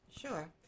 sure